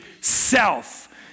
self